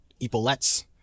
epaulettes